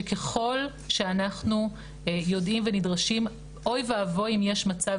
שככל שאנחנו יודעים ונדרשים אוי אבוי אם יש מצב